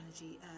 energy